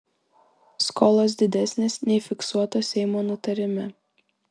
skolos didesnės nei fiksuotos seimo nutarime